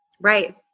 Right